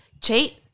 Cheat